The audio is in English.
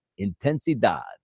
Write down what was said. intensidad